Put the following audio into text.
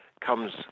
comes